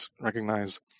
recognize